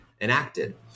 enacted